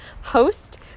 host